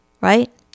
right